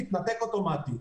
יתנתק אוטומטית.